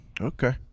Okay